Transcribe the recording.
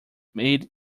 made